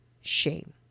shame